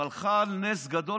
אבל חל נס גדול